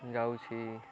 ଯାଉଛି